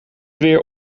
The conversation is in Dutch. weer